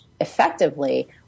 effectively